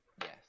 yes